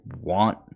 want